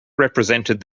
represented